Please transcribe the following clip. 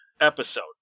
episode